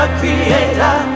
creator